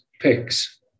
picks